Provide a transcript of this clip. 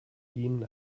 ihnen